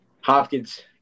Hopkins